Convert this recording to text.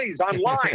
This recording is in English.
online